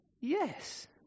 yes